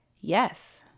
Yes